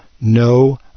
no